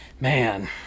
Man